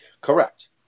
Correct